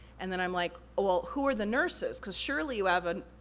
and then i'm like, well, who were the nurses? cause surely you have a,